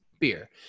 beer